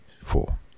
four